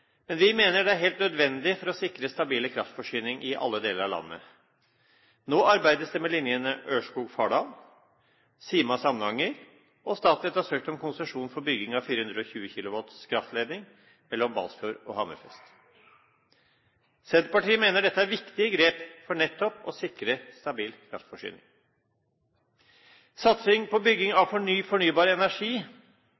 men vi mener det er helt nødvendig for å sikre stabil kraftforsyning i alle deler av landet. Nå arbeides det med linjene Ørskog–Fardal, Sima–Samnanger, og Statnett har søkt om konsesjon for bygging av 420 kV kraftledning mellom Balsfjord og Hammerfest. Senterpartiet mener dette er viktige grep for nettopp å sikre stabil kraftforsyning. Satsing på bygging